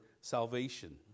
salvation